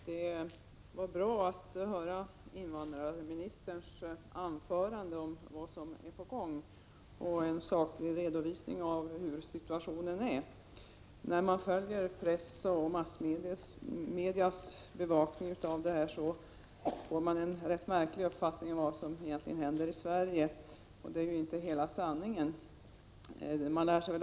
Fru talman! Det var intressant att höra invandrarministerns redogörelse om vad som är på gång och att få en saklig redovisning av situationen på detta område. När man läser vad massmedia skriver om dessa frågor får man en rätt märklig uppfattning om vad som händer i Sverige. Men detta är ju inte hela sanningen.